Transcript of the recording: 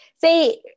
say